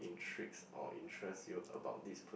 intrigues or interests you about this per~